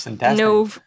no